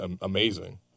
amazing